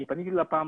אני פניתי ללפ"מ,